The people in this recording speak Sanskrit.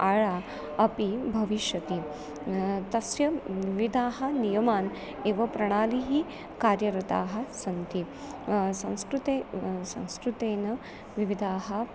अपि भविष्यति तस्य विविधाः नियमान् एव प्रणालिः कार्यरताः सन्ति संस्कृते संस्कृतेन विविधाः